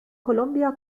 columbia